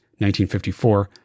1954